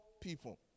people